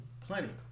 Plenty